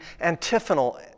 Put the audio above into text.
antiphonal